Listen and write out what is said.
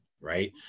Right